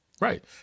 Right